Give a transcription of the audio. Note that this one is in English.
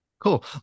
Cool